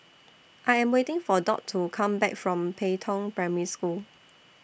I Am waiting For Dot to Come Back from Pei Tong Primary School